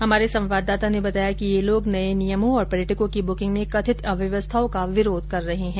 हमारे संवाददाता ने बताया कि ये लोग नये नियमों और पर्यटकों की बुकिंग में कथित अव्यवस्थाओं का विरोध कर रहे है